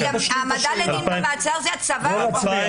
העמדה לדין ומעצר זה הצבא.